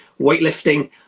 weightlifting